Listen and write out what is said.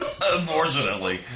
Unfortunately